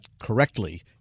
correctly